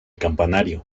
campanario